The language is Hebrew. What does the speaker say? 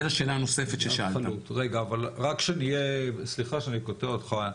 סליחה שאני קוטע אותך.